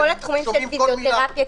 כל התחומים של פיזיותרפיה,